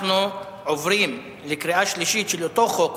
אנחנו עוברים לקריאה שלישית של אותו חוק,